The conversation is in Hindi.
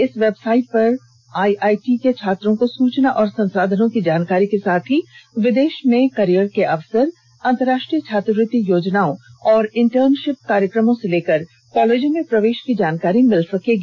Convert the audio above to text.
इस वेबसाइट पर आईआईटी के छात्रों को सूचना और संसाधनों की जानकारी के साथ ही विदेश में कॅरियर के अवसर अंतरराष्ट्रीय छात्रवृत्ति योजनाओं और इंटर्नशिप कार्यक्रमों से लेकर कॉलेजों में प्रवेश की जानकारी मिल जाएगी